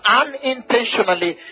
unintentionally